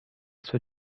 suo